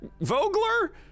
Vogler